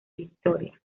victoria